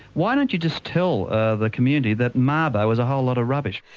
why don't you just tell ah the community that mabo is a whole lot of rubbish?